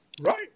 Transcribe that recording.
Right